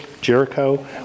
Jericho